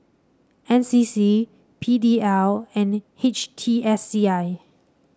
N C C P D L and H T S C I